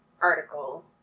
article